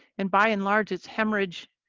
and by and large, it's hemorrhage